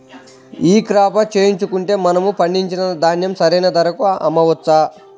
ఈ క్రాప చేయించుకుంటే మనము పండించిన ధాన్యం సరైన ధరకు అమ్మవచ్చా?